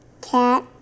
Cat